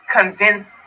convince